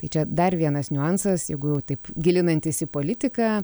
tai čia dar vienas niuansas jeigu jau taip gilinantis į politiką